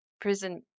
prison